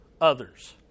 others